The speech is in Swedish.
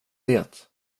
det